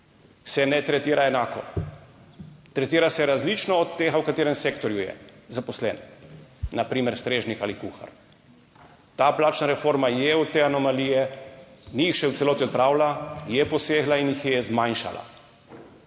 se ne tretira enako, tretira se različno od tega, v katerem sektorju je zaposlen na primer strežnik ali kuhar. Ta plačna reforma je v te anomalije, ni jih še v celoti odpravila, je posegla in jih je zmanjšala.